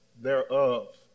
thereof